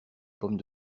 pommes